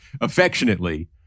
affectionately